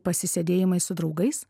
pasisėdėjimai su draugais